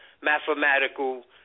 mathematical